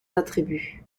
attributs